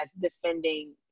defending